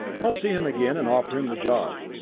i'll see him again, and offer him the job.